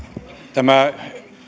tämä